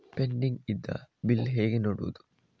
Pending ಇದ್ದ bill ಹೇಗೆ ನೋಡುವುದು?